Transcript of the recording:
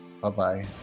Bye-bye